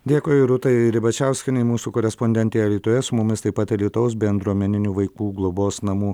dėkui rūtai ribačiauskienei mūsų korespondentei alytuje su mumis taip pat alytaus bendruomeninių vaikų globos namų